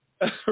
Right